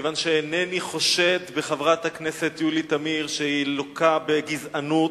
כיוון שאינני חושד בחברת הכנסת יולי תמיר שהיא לוקה בגזענות,